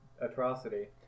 atrocity